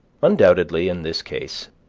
undoubtedly, in this case,